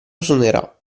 suonerà